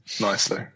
Nicely